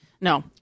no